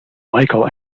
michael